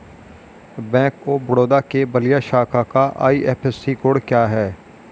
Bank of Baroda के बलिया शाखा का आई.एफ.एस.सी कोड क्या है?